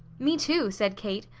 me, too! said kate.